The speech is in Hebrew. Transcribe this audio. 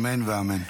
אמן ואמן.